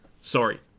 Sorry